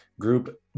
group